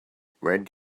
when